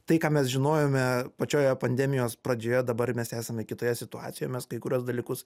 tai ką mes žinojome pačioje pandemijos pradžioje dabar mes esame kitoje situacijoje mes kai kuriuos dalykus